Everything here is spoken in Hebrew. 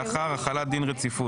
לאחר החלת דין רציפות.